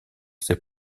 ses